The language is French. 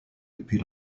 depuis